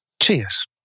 cheers